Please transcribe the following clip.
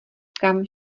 kam